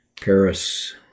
Paris